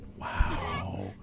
Wow